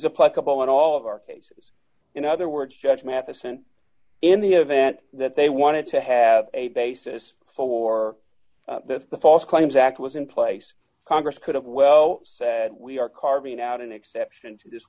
in all of our cases in other words judge matheson in the event that they wanted to have a basis for the false claims act was in place congress could have well said we are carving out an exception